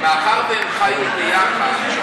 מאחר שהם חיו ביחד,